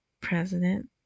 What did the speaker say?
president